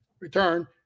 return